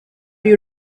you